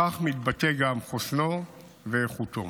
בכך מתבטא גם חוסנו ואיכותו.